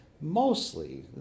mostly